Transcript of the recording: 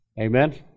Amen